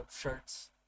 shirts